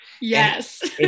Yes